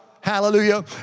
Hallelujah